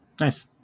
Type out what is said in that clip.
Nice